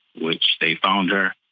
which they found her,